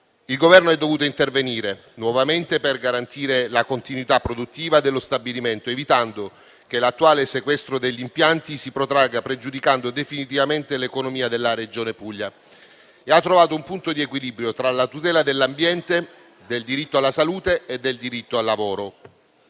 Il Governo è dovuto intervenire nuovamente per garantire la continuità produttiva dello stabilimento, evitando che l'attuale sequestro degli impianti si protragga pregiudicando definitivamente l'economia della Regione Puglia, e ha trovato un punto di equilibrio tra la tutela dell'ambiente, del diritto alla salute e del diritto al lavoro.